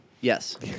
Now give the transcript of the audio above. Yes